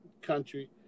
country